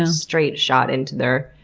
ah straight shot into their,